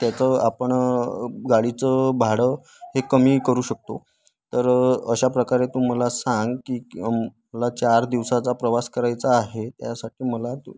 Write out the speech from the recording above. त्याचं आपण गाडीचं भाडं हे कमी करू शकतो तर अशा प्रकारे तू मला सांग की मला चार दिवसाचा प्रवास करायचा आहे त्यासाठी मला तू